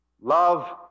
Love